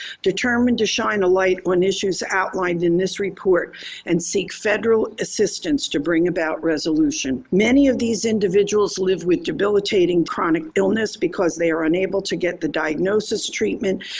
determined to shine a light on issues outlined in this report and seek federal assistance to bring about resolution. many of these individuals live with debilitating chronic illness because they are unable to get the diagnosis, treatment,